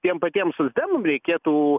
tiem patiem socdemam reikėtų